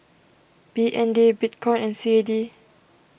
B N D Bitcoin and C A D